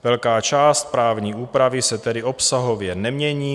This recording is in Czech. Velká část právní úpravy se tedy obsahově nemění.